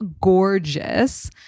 gorgeous